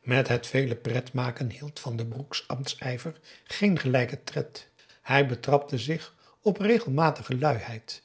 met het vele pret maken hield van den broek's ambtsijver geen gelijken tred hij betrapte zich op regelmatige luiheid